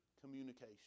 communication